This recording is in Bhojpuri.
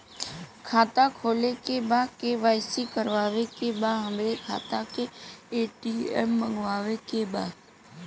खाता खोले के बा के.वाइ.सी करावे के बा हमरे खाता के ए.टी.एम मगावे के बा?